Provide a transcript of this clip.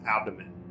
abdomen